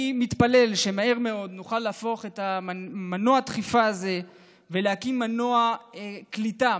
אני מתפלל שמהר מאוד נוכל להפוך את מנוע הדחיפה הזה ולהקים מנוע קליטה,